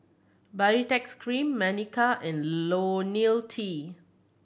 Baritex Cream Manicare and Ionil T